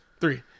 Three